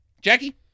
Jackie